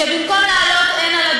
שבמקום לעלות הנה,